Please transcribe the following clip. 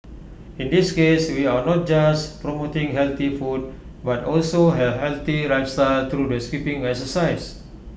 in this case we are not just promoting healthy food but also A healthy lifestyle through the skipping exercise